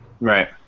Right